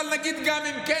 אבל נגיד גם אם גם כן,